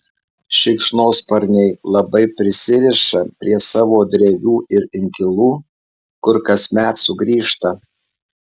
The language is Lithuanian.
šikšnosparniai labai prisiriša prie savo drevių ir inkilų kur kasmet sugrįžta